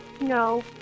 No